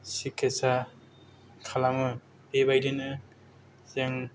सिकित्सा खालामो बेबायदिनो जों